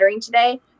today